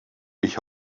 ich